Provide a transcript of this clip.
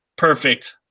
perfect